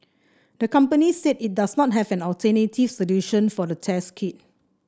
the company said it does not have an alternative solution for the test kit